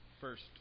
First